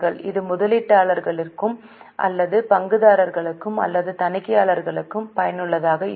இது முதலீட்டாளர்களுக்கும் அல்லது பங்குதாரர்களுக்கும் அல்லது தணிக்கையாளர்களுக்கும் பயனுள்ளதாக இருக்கும்